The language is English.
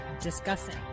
discussing